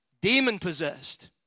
demon-possessed